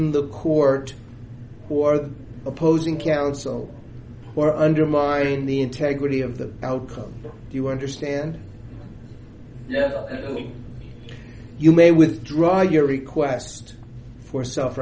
en the court or the opposing counsel or undermine the integrity of the outcome if you understand me you may withdraw your request for self